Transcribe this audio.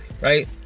right